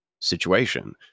situation